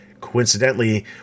coincidentally